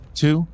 two